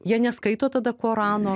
jie neskaito tada korano